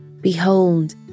Behold